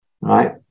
right